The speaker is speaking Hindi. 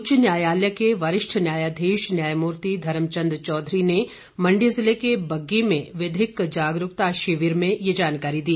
उच्च न्यायालय के वरिष्ठ न्यायाधीश न्यायमूर्ति धर्मचंद चौधरी ने मंडी जिले के बग्गी में विधिक जागरूकता शिविर में ये जानकारी दी